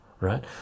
right